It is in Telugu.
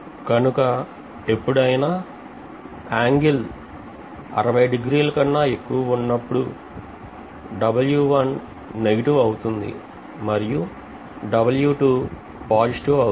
కనుక ఎప్పుడైనా ఏంగెల్ 60 డిగ్రీ ల కంటే ఎక్కువ ఉన్నప్పుడు W1 నెగెటివ్ అవుతుంది మరియు W2 పాజిటివ్ అవుతుంది